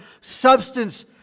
substance